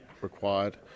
required